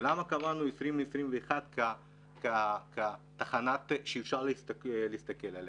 ולמה קבענו את 2021 כתחנה שאפשר להסתכל עליה?